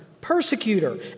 persecutor